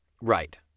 right